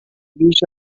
بیش